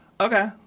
okay